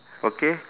okay